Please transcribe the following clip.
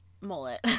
mullet